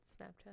Snapchat